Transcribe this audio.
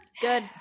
Good